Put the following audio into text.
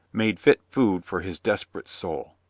made fit food for his desperate soul.